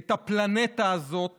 את הפלנטה הזאת